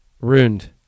Ruined